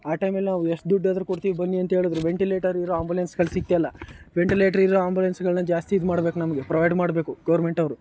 ಆ ಟೈಮಲ್ಲಿ ನಾವು ಎಷ್ಟು ದುಡ್ಡಾದರೂ ಕೊಡ್ತೀವಿ ಬನ್ನಿ ಅಂತ ಹೇಳಿದರು ವೆಂಟಿಲೇಟರ್ ಇರೋ ಆಂಬುಲೆನ್ಸ್ಗಳು ಸಿಗ್ತಾಯಿಲ್ಲ ವೆಂಟಿಲೇಟರ್ ಇರೋ ಆಂಬುಲೆನ್ಸ್ಗಳನ್ನ ಜಾಸ್ತಿ ಇದ್ಮಾಡಬೇಕು ನಮಗೆ ಪ್ರೊವೈಡ್ ಮಾಡಬೇಕು ಗೌರ್ಮೆಂಟವ್ರು